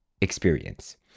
experience